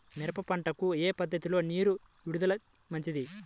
మిరప పంటకు ఏ పద్ధతిలో నీరు విడుదల మంచిది?